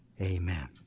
Amen